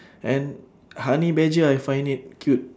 and honey badger I find it cute